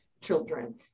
children